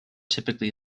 typically